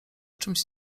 czymś